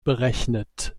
berechnet